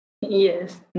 Yes